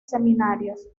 seminarios